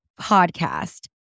podcast